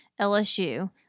LSU